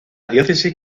diócesis